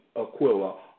Aquila